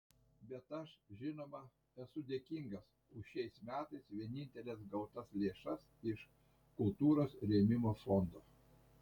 bet aš žinoma esu dėkingas už šiais metais vieninteles gautas lėšas iš kultūros rėmimo fondo